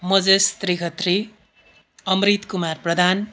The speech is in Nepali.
मजेस्त्री खत्री अमृत कुमार प्रधान